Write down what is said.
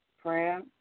prayer